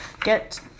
Get